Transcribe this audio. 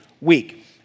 week